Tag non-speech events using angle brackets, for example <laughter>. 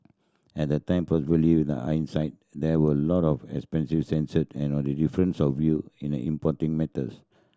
at the time probably with the hindsight there were a lot of excessive <unintelligible> and on the difference of view in the importing matters